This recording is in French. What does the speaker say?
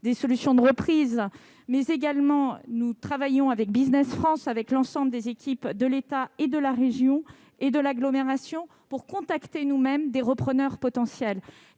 des solutions de reprise, mais nous travaillons également avec Business France et avec l'ensemble des équipes de l'État, de la région et de l'agglomération pour contacter nous-mêmes des repreneurs potentiels.